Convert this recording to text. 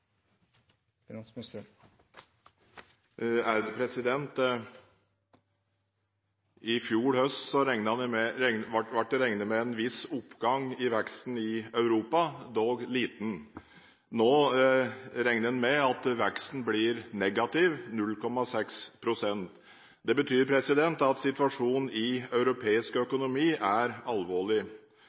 I fjor høst ble det regnet med en viss oppgang i veksten i Europa, dog liten. Nå regner en med at veksten blir negativ, 0,6 pst. Det betyr at situasjonen i europeisk økonomi er alvorlig.